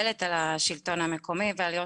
משהו